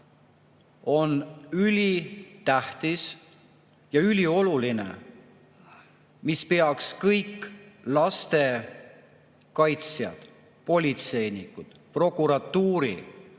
on ülitähtis ja ülioluline, mis peaks kõik lastekaitsjad, politseinikud, prokuratuuri